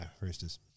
Roosters